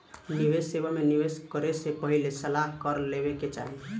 निवेश सेवा में निवेश करे से पहिले सलाह कर लेवे के चाही